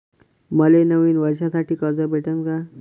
मले नवीन वर्षासाठी कर्ज भेटन का?